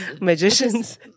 Magicians